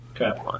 Okay